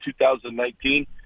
2019